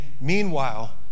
meanwhile